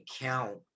count